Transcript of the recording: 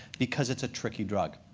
because it's a tricky drug.